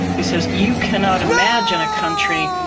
he says, you cannot imagine a country,